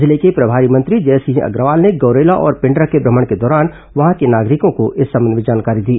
जिले के प्रभारी मंत्री जयसिंह अग्रवाल ने गौरेला और पेण्ड्रा के म्रमण के दौरान वहां के नागरिकों को इस संबंध में जानकारी दी